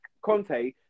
Conte